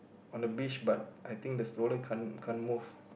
on the beach but I think the stroller can't can't move